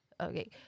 Okay